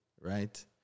right